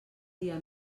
dia